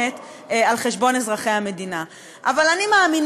אחלה חוק.